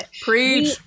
Preach